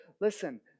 listen